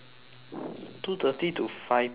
two thirty to five P_M